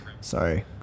Sorry